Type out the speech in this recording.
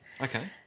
Okay